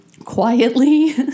Quietly